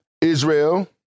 Israel